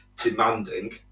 demanding